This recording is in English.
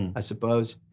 and i suppose.